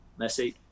Messi